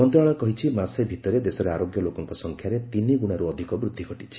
ମନ୍ତ୍ରଣାଳୟ କହିଛି ମାସେ ଭିତରେ ଦେଶରେ ଆରୋଗ୍ୟ ଲୋକଙ୍କ ସଂଖ୍ୟାରେ ତିନିଗୁଶାରୁ ଅଧିକ ବୃଦ୍ଧି ଘଟିଛି